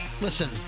listen